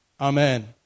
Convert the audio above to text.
Amen